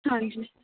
ਹਾਂਜੀ